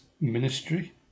ministry